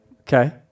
Okay